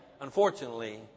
unfortunately